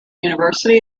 university